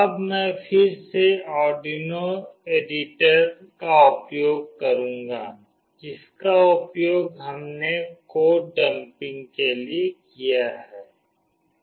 अब मैं फिर से आर्डुइनो एडिटर का उपयोग करूंगी जिसका उपयोग हमने कोड डंपिंग के लिए किया है